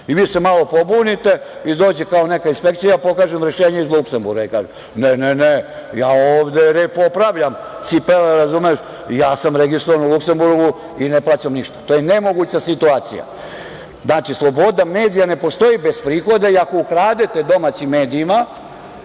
Vi se malo pobunite, dođe kao neka inspekcija, pokažem rešenje iz Luksemburga i kažem – ne, ne, ja ovde popravljam cipele, registrovan sam u Luksemburgu i ne plaćam ništa. To je nemoguća situacija. Znači, sloboda medija ne postoji bez prihoda i ako ukradete domaćim medijima